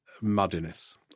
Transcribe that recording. muddiness